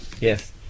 Yes